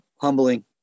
humbling